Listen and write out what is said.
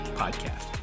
podcast